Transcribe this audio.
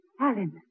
Alan